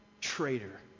traitor